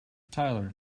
tyler